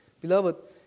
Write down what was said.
Beloved